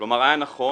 כלומר היה נכון,